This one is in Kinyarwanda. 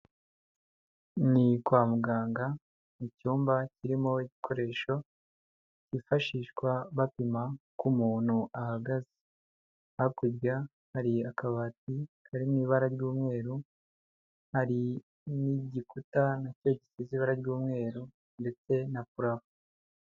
Ni kwa muganga mu cyumba kirimo ibikoresho hifashishwa bapima uko umuntu ahagaze. Hakurya hari akabati kari mu ibara ry'umweru hari n'igikuta nacyo kigize ibara ry'umweru ndetse na purafo.